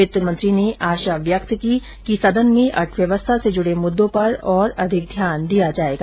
वित्त मंत्री ने आशा व्यक्त की कि सदन में अर्थव्यवस्था से जुड़े मुद्दों पर और अधिक ध्यान दिया जाएगा